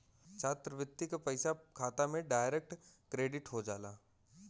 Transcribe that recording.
छात्रवृत्ति क पइसा खाता में डायरेक्ट क्रेडिट हो जाला